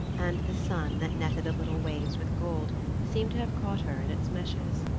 and the sun that netted the little waves with gold seemed to have caught her in its meshes.